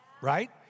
right